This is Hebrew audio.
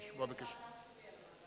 אדון השר.